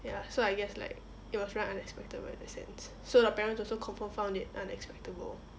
ya so I guess like it was very unexpected [what] in that sense so the parents also confirm found it unexpectable